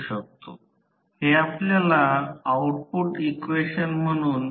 153 कारण लोहाचे नुकसान 0